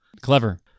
Clever